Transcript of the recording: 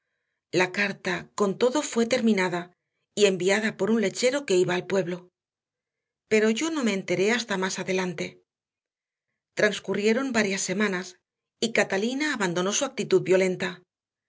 la carta con todo fue terminada y enviada por un lechero que iba al pueblo pero yo no me enteré hasta más adelante transcurrieron varias semanas y catalina abandonó su actitud violenta